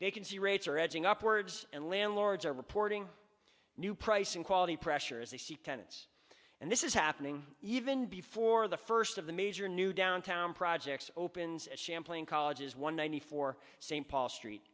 vacancy rates are edging upwards and landlords are reporting new pricing quality pressure as they see tenants and this is happening even before the first of the major new downtown projects opens at champlain colleges one ninety four st paul street